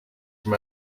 from